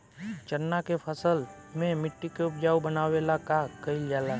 चन्ना के फसल में मिट्टी के उपजाऊ बनावे ला का कइल जाला?